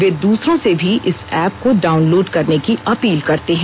वे दूसरों से भी इस ऐप को डाउनलोड करने की अपील करते हैं